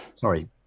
Sorry